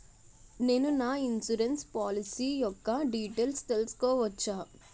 నేను నా insurance policy యెక్క డీటైల్స్ తెల్సుకోవచ్చా?